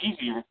easier